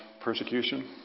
persecution